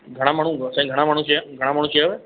घणा माण्हू साईं घणा माण्हू चया घणा माण्हू चयव